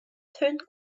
turned